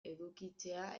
edukitzea